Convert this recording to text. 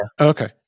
Okay